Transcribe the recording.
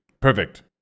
Perfect